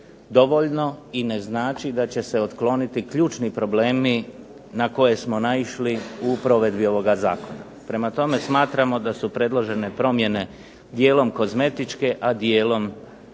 dovoljno i ne znači da će se otkloniti ključni problemi na koje smo naišli u provedbi ovoga zakona. Prema tome, smatramo da su predložene promjene dijelom kozmetičke, a dijelom zapravo